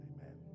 Amen